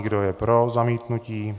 Kdo je pro zamítnutí.